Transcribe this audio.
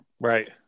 Right